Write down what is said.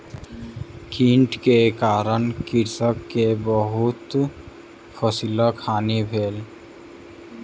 कीट के कारण कृषक के बहुत फसिलक हानि भेल